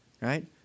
Right